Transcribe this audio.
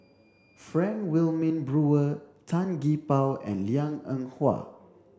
Frank Wilmin Brewer Tan Gee Paw and Liang Eng Hwa